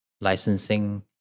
licensing